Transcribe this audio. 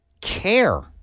care